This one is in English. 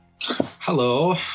Hello